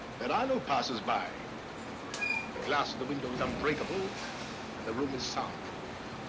there are no passersby. the glass in the window is unbreakable and the room is soundproof.